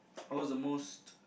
I was the most